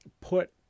put